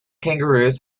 kangaroos